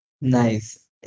Nice